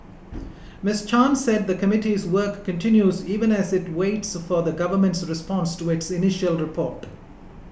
Miss Chan said the committee's work continues even as it waits for the Government's response to its initial report